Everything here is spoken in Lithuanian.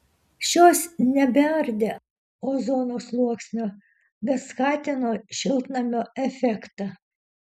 šios nebeardė ozono sluoksnio bet skatino šiltnamio efektą